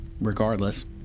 regardless